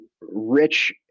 rich